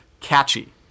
catchy